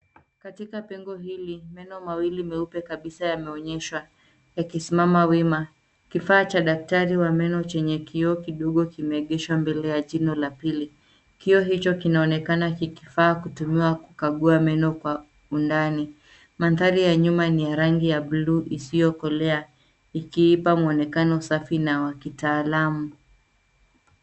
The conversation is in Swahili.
Katika pengo hili, meno mawili meupe kabisa yanaonyeshwa yakisimama wima. Kifaa cha dkatari wa meno chenye kioo kidogo kimeingishwa mbele ya jino la pili. Kioo hicho kinaonekana kikifaa kutumiwa kukagua meno kwa undani. Mandhari ya nyuma ni rangi ya buluu isiyokolea ikiipa mwonekano safi na wa kitaalamu.